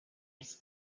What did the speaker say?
its